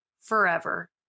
Forever